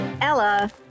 Ella